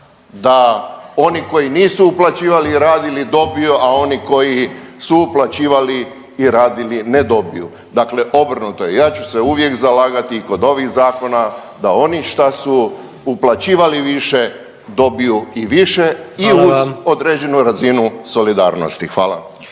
da oni koji nisu uplaćivali, radili dobiju a oni koji su uplaćivali i radili ne dobiju. Dakle, obrnuto je. Ja ću se uvijek zalagati i kod novih zakona da oni šta su uplaćivali više dobiju i više i uz određenu razinu solidarnosti. Hvala.